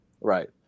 right